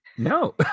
no